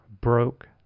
broke